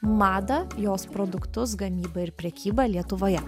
madą jos produktus gamybą ir prekybą lietuvoje